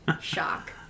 Shock